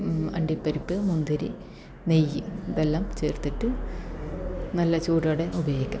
അണ്ടിപ്പരിപ്പ് മുന്തിരി നെയ്യ് ഇതെല്ലാം ചേർത്തിട്ട് നല്ല ചൂടോടെ ഉപയോഗിക്കുക